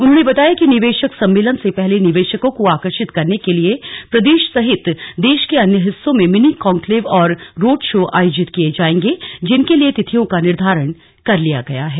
उन्होंने बताया कि निवेशक सम्मेलन से पहले निवेशकों को आकर्षित करने के लिए प्रदेश सहित देश के अन्य हिस्सों में मिनी कान्क्लेव और रोड़ शो आयोजित किए जाएंगे जिनके लिए तिथियों का निर्धारण कर लिया गया है